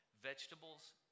vegetables